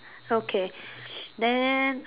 okay then